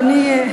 אדוני,